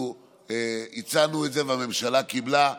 אנחנו הצענו את זה והממשלה קיבלה,